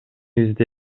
бизде